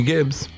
Gibbs